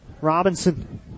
Robinson